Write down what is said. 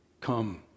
come